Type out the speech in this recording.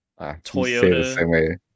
Toyota